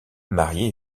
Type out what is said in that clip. marié